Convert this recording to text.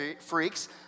freaks